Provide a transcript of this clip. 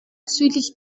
südlich